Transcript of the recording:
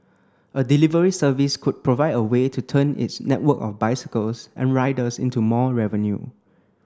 a delivery service could provide a way to turn its network of bicycles and riders into more revenue